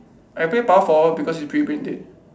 I play power forward because you pretty brain dead